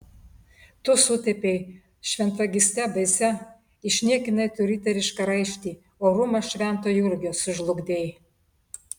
tu sutepei šventvagyste baisia išniekinai tu riterišką raištį orumą švento jurgio sužlugdei